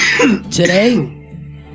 Today